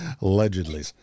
Allegedly